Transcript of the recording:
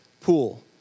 pool